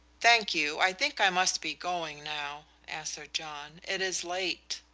thank you, i think i must be going now, answered john. it is late.